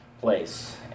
place